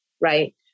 right